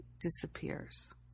disappears